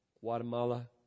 Guatemala